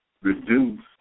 reduce